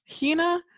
Hina